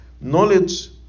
knowledge